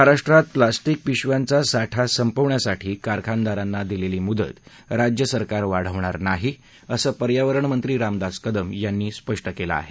महाराष्ट्रात प्लास्टिक पिशव्यांचा साठा संपवण्यासाठी कारखानदारांना दिलेली मुदत राज्य सरकार वाढवणार नाही असं पर्यावरण मंत्री रामदास कदम यांनी स्पष्ट केलं आहे